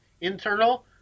internal